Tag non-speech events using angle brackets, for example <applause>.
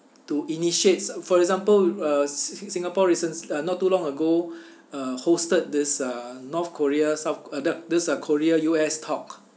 to initiate s~ for example uh s~ singapore recent~ uh not too long ago <breath> uh hosted this uh north korea south k~ uh th~ this uh korea U_S talk